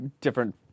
different